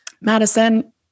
Madison